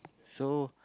so